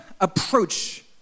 approach